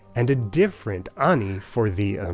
and a different ani for the, ah,